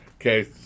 Okay